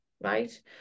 right